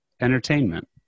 entertainment